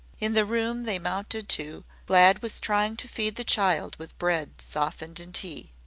in the room they mounted to glad was trying to feed the child with bread softened in tea.